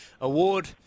Award